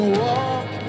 walk